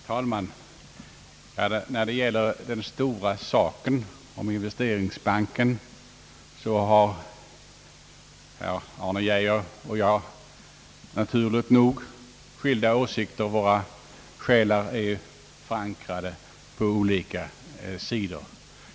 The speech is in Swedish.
Herr talman! När det gäller den stora frågan om investeringsbanken har herr Arne Geijer och jag naturligt nog skilda åsikter. Våra själar är förankrade på olika sidor.